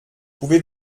pouvez